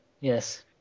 Yes